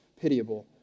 pitiable